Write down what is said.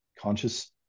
conscious